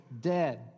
dead